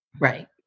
Right